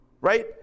Right